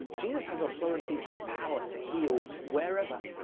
jesus has authority and power to heal wherever,